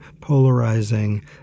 polarizing